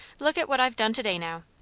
look at what i've done to-day, now.